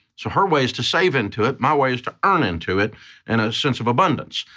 so her way is to save into it. my way is to earn into it and a sense of abundance.